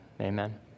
amen